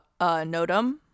notum